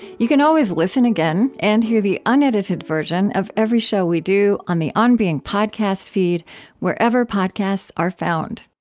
you can always listen again, and hear the unedited version of every show we do on the on being podcast feed wherever podcasts are found